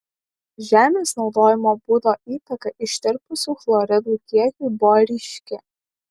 žemės naudojimo būdo įtaka ištirpusių chloridų kiekiui buvo ryški